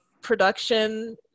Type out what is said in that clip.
production